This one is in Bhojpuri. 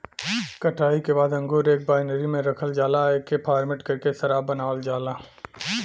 कटाई के बाद अंगूर एक बाइनरी में रखल जाला एके फरमेट करके शराब बनावल जाला